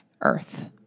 earth